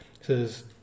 says